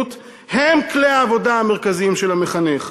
הם כלי העבודה המרכזיים של המחנך.